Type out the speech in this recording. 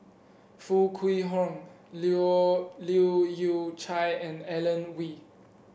Foo Kwee Horng Leu Yew Chye and Alan Oei